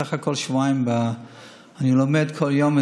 אני בסך הכול שבועיים, אני לומד כל יום.